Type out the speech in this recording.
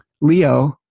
Leo